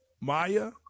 Maya